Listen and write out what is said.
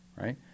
right